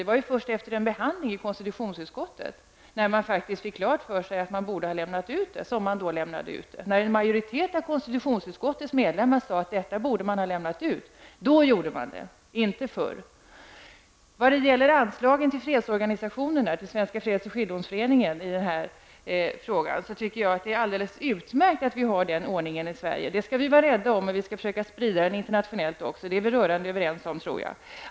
Det var först efter en behandling i konstitutionsutskottet som regeringen fick klart för sig att man borde ha lämnat ut dem, vilket den då också gjorde, efter det att en majoritet av konstitutionsutskottets medlemmar sade att det här borde man ha lämnat ut. När det gäller frågan om anslag till fredsorganisationer, till Svenska Freds och skiljedomsföreningen, tycker jag att det är alldeles utmärkt att vi har den ordningen i Sverige. Den skall vi vara rädda om, och vi skall försöka sprida den internationellt. Det tror jag vi är rörande överens om.